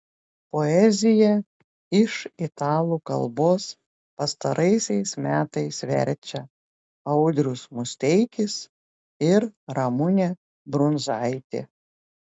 poeziją iš italų kalbos pastaraisiais metais verčia audrius musteikis ir ramunė brundzaitė